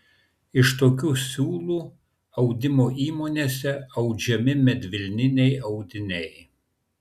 iš tokių siūlų audimo įmonėse audžiami medvilniniai audiniai